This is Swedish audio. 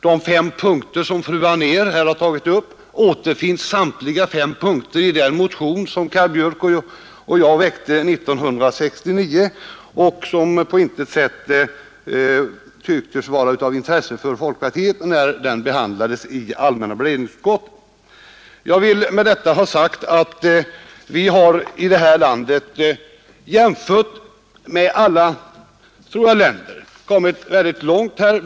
De fem punkter som fru Anér här har tagit upp återfinns samtliga i den motion som Kaj Björk och jag väckte 1969 men som på intet sätt tycktes vara av intresse för folkpartiet när den behandlades i allmänna beredningsutskottet. Jag vill med detta ha sagt att vi — jämfört med alla andra länder, tror jag — har kommit väldigt långt på det här området.